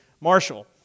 Marshall